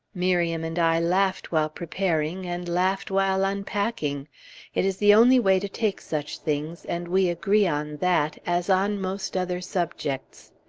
miriam and i laughed while preparing, and laughed while unpacking it is the only way to take such things, and we agree on that, as on most other subjects.